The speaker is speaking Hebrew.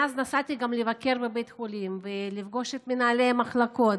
מאז נסעתי גם לבקר בבית החולים ולפגוש את מנהלי המחלקות.